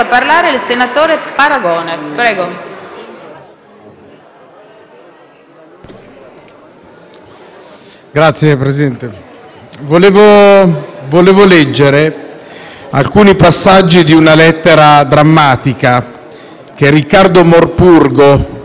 Signor Presidente, vorrei leggere alcuni passaggi di una lettera drammatica che Riccardo Morpurgo, un ingegnere di sessantaquattro anni, imprenditore edile di Senigallia,